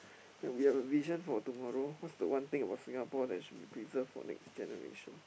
that we have a vision for tomorrow what's the one thing about Singapore that should be preserved for next generation